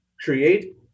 Create